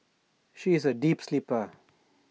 she is A deep sleeper